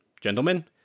Gentlemen